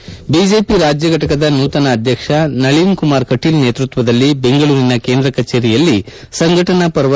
ಸಂಕ್ಷಿಪ್ತ ಸುದ್ದಿಗಳು ಬಿಜೆಪಿ ರಾಜ್ಯ ಘಟಕದ ನೂತನ ಅಧ್ಯಕ್ಷ ನಳಿನ್ ಕುಮಾರ್ ಕಟೀಲ್ ನೇತೃತ್ವದಲ್ಲಿ ಬೆಂಗಳೂರಿನ ಕೇಂದ್ರ ಕಚೇರಿಯಲ್ಲಿ ಸಂಘಟನಾ ಪರ್ವ